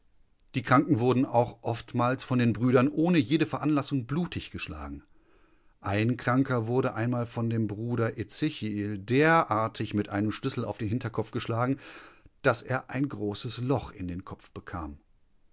die kranken wurden auch oftmals von den brüdern ohne jede veranlassung blutig geschlagen ein kranker wurde einmal von dem bruder ezechiel derartig mit einem schlüssel auf den kopf geschlagen daß er ein großes loch in den kopf bekam